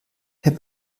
herr